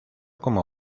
como